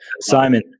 Simon